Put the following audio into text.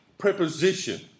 preposition